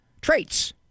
traits